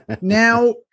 now